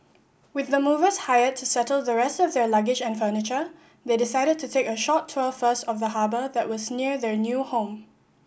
with the movers hired to settle the rest of their luggage and furniture they decided to take a short tour first of the harbour that was near their new home